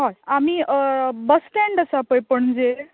हय आमी बसस्टॅन्ड आसा पळय पणजे